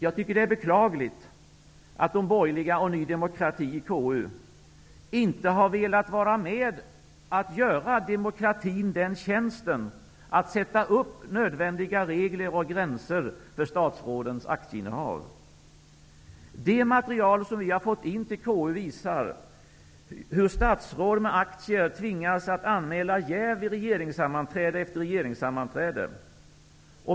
Jag tycker att det är beklagligt att de borgerliga och Ny demokrati i KU inte har velat vara med och göra demokratin den tjänsten att sätta nödvändiga regler och gränser för statsrådens aktieinnehav. Det material som vi har fått in till KU visar hur statsråd med aktier tvingas att anmäla jäv vid regeringssammanträde efter regeringssammanträde.